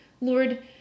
Lord